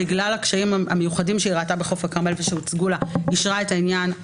בגלל הקשיים המיוחדים שהיא ראתה ושהוצגו לה לגבי חוף הכרמל,